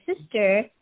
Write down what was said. sister